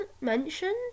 mentioned